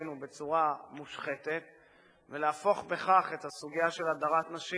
בצורה מושחתת ולהפוך בכך את הסוגיה של הדרת נשים